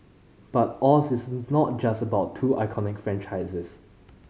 but Oz is not just about two iconic franchises